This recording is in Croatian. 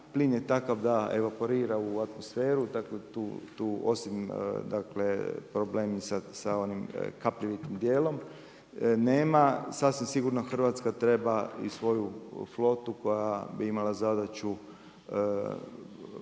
Plin je takav da evaporira u atmosferu, dakle tu osim problema sa onim kapljivitim dijelom nema. sasvim sigurno Hrvatska treba i svoju flotu koja bi imala zadaću